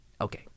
Okay